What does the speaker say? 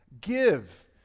Give